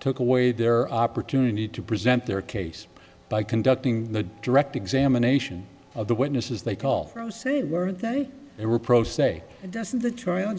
took away their opportunity to present their case by conducting the direct examination of the witnesses they call say were they were pro se and doesn't t